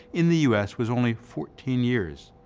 in the u s, was only fourteen years.